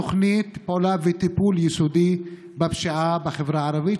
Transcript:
תוכנית פעולה וטיפול יסודי בפשיעה בחברה הערבית.